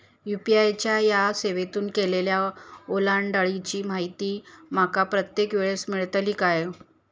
UPI च्या सेवेतून केलेल्या ओलांडाळीची माहिती माका प्रत्येक वेळेस मेलतळी काय?